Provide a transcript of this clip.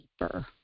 deeper